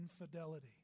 infidelity